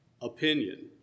opinion